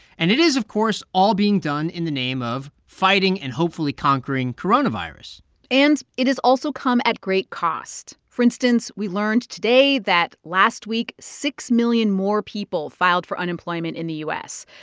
and it is, of course, all being done in the name of fighting and hopefully conquering coronavirus and it has also come at great cost. for instance, we learned today that last week, six million more people filed for unemployment in the u s,